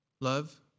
love